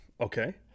Okay